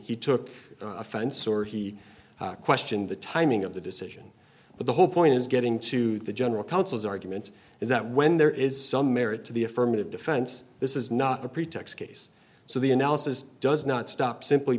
he took offense or he question the timing of the decision but the whole point is getting to the general counsel's argument is that when there is some merit to the affirmative defense this is not a pretext case so the analysis does not stop simply